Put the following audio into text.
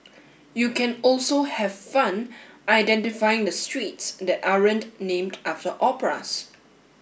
you can also have fun identifying the streets that aren't named after operas